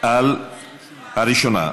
על הראשונה,